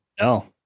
No